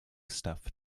stuff